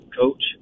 coach